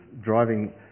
driving